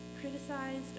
criticized